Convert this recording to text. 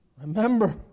Remember